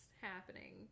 happening